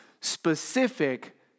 specific